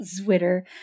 Twitter